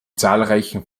zahlreichen